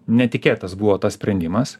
netikėtas buvo tas sprendimas